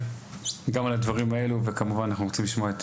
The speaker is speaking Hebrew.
וודאי גם על הדברים האלו וכמובן אנחנו רוצים לשמוע.